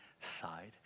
side